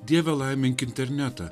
dieve laimink internetą